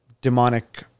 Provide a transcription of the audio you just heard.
demonic